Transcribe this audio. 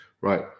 right